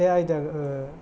बे आयदा